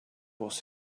was